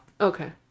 Okay